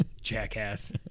Jackass